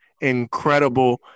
incredible